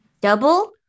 Double